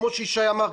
כמו שישי אמר,